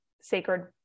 Sacred